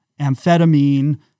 Amphetamine